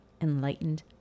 enlightened